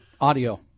audio